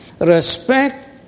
Respect